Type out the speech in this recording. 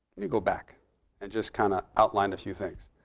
me go back and just kind of outline a few things.